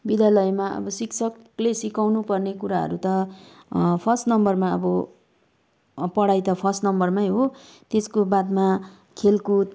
विद्यालयमा अब शिक्षकले सिकाउनु पर्ने कुराहरू त फर्स्ट नम्बरमा अब पढाइ त फर्स्ट नम्बरमै हो त्यसको बादमा खेलकुद